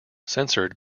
censored